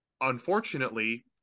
Unfortunately